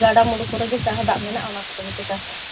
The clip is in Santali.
ᱜᱟᱰᱟᱼᱢᱩᱰᱩ ᱠᱤᱨᱚ ᱜᱚ ᱪᱟᱥᱵᱟᱥ ᱮᱢᱚᱜᱼᱟ ᱚᱱᱟ ᱠᱚᱨᱮ ᱜᱮᱯᱮ ᱪᱟᱥᱮᱜᱼᱟ